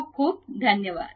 खूप खूप धन्यवाद